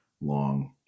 long